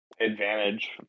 advantage